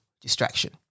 distraction